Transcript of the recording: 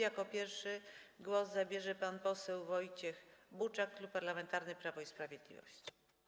Jako pierwszy głos zabierze pan poseł Wojciech Buczak, Klub Parlamentarny Prawo i Sprawiedliwość.